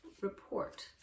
report